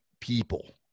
people